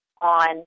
on